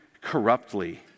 corruptly